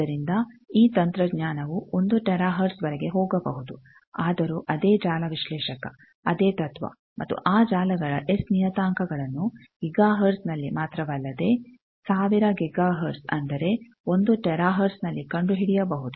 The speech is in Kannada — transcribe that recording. ಆದ್ದರಿಂದ ಈ ತಂತ್ರಜ್ಞಾನವು 1 ಟೆರಾ ಹರ್ಟ್ಜ್ವರೆಗೆ ಹೋಗಬಹುದುಆದರೂ ಅದೇ ಜಾಲ ವಿಶ್ಲೇಷಕ ಅದೇ ತತ್ವ ಮತ್ತು ಆ ಜಾಲಗಳ ಎಸ್ ನಿಯತಾಂಕಗಳನ್ನು ಗಿಗಾ ಹರ್ಟ್ಜ್ನಲ್ಲಿ ಮಾತ್ರವಲ್ಲದೆ 1000 ಗಿಗಾ ಹರ್ಟ್ಜ್ ಅಂದರೆ 1 ಟೆರಾ ಹರ್ಟ್ಜ್ನಲ್ಲಿ ಕಂಡುಹಿಡಿಯಬಹುದು